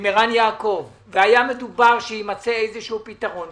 עם ערן יעקב, והיה מדובר שיימצא איזשהו פתרון.